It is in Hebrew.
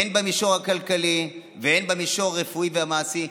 הן במישור הכלכלי והן במישור הרפואי והמעשי,